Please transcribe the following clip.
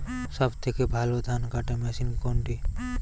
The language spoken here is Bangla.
সবথেকে ভালো ধানকাটা মেশিন কোনটি?